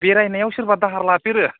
बेरायनायाव सोरबा दाहार लाफेरो